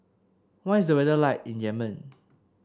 what is the weather like in Yemen